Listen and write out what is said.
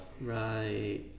right